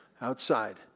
outside